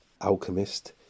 alchemist